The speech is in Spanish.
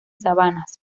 sabanas